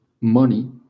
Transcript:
money